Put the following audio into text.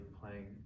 playing